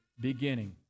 beginning